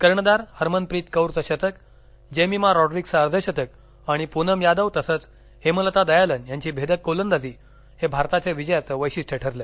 कर्णधार हरमनप्रीत कौरचं शतक जेमिमा रॉड्रिक्सचं अर्ध शतक आणि प्रनम यादव तसंच हेमलता दयालन यांची भेदक गोलंदाजी हे भारताच्या विजयाचं वैशिष्ट्य ठरलं